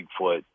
Bigfoot